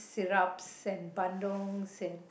syrups and bandung